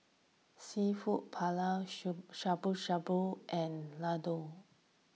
Seafood Paella Shabu Shabu and Ladoo